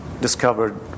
discovered